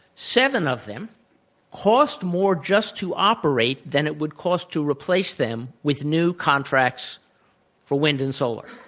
seven of them cost more just to operate than it would cost to replace them with new contracts for wind and solar.